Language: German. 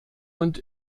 und